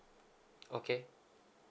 okay